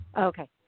Okay